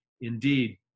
Indeed